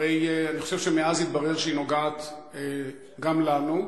הרי אני חושב שמאז התברר שהיא נוגעת גם לנו,